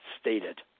stated